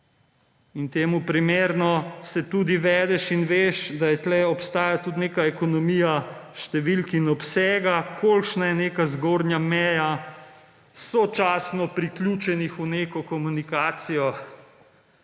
In temu primerno se tudi vedeš in veš, da tukaj obstaja tudi neka ekonomija številk in obsega, kolikšna je neka zgornja meja sočasno priključenih v neko komunikacijo,